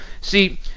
See